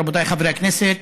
רבותיי חברי הכנסת,